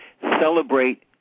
celebrate